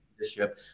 leadership